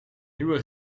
nieuwe